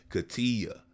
Katia